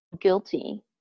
guilty